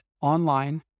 online